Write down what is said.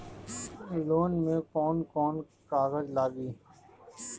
Loan में कौन कौन कागज लागी?